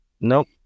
Nope